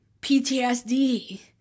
PTSD